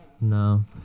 No